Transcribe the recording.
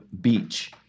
Beach